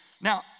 Now